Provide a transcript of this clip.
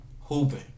hooping